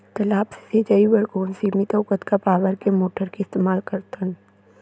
तालाब से सिंचाई बर कोन सीमित अऊ कतका पावर के मोटर के इस्तेमाल करथन?